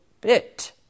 bit